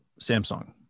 Samsung